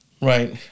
Right